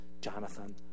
Jonathan